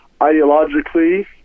ideologically